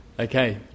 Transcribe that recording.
Okay